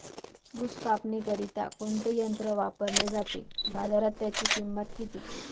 ऊस कापणीकरिता कोणते यंत्र वापरले जाते? बाजारात त्याची किंमत किती?